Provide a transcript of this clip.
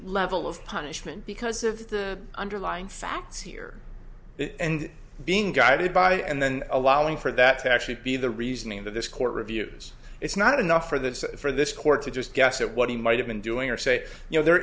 level of punishment because of the underlying facts here and being guided by and then allowing for that to actually be the reasoning that this court reviews it's not enough for this for this court to just guess at what he might have been doing or say you know the